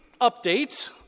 update